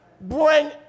bring